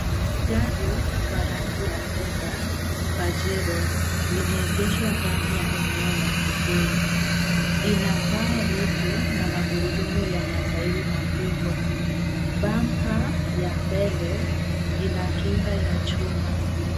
Gari la rangi ya fedha, Pajero, limeegeshwa ndani ya eneo la kivuli . Ina paa refu na magurudumu ya matairi makubwa. Bamba ya mbele, ina kinga ya chuma.